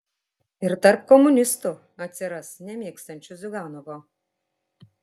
ir tarp komunistų atsiras nemėgstančių ziuganovo